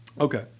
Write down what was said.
Okay